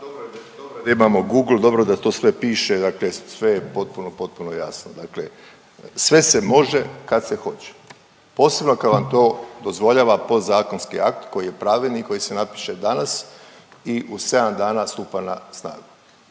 dobro je da imamo Google, dobro je da to sve piše, dakle sve je potpuno, potpuno jasno. Dakle sve se može kad se hoće, posebno kad vam to dozvoljava podzakonski akt koji je pravilnik koji se napiše danas i u 7 dana stupa na snagu.